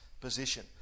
position